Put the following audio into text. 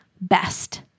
best